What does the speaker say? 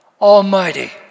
almighty